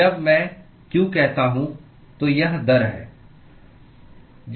जब मैं q कहता हूं तो यह दर है